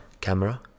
Camera